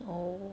oh